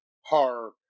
horror